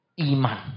iman